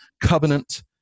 Covenant